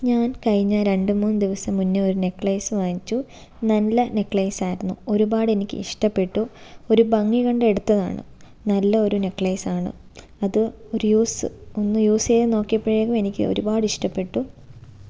ഞാൻ കഴിഞ്ഞ രണ്ട് മൂന്ന് ദിവസം മുന്നേ ഒരു നെക്ലേസ് വാങ്ങിച്ചു നല്ല നെക്ലേസായിരുന്നു ഒരുപാടെനിക്ക് ഇഷ്ടപ്പെട്ടു ഒരു ഭംഗി കണ്ട് എടുത്തതാണ് നല്ല ഒരു നെക്ലേസാണ് അത് ഒരു യൂസ് ഒന്ന് യൂസ് ചെയ്ത് നോക്കിയപ്പഴേക്ക് എനിക്ക് ഒരുപാടിഷ്ടപ്പെട്ടു